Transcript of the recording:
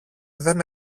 δεν